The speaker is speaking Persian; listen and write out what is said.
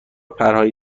پرهای